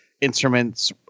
instruments